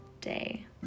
day